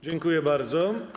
Dziękuję bardzo.